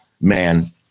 man